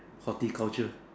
horticulture